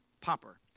popper